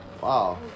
Wow